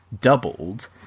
doubled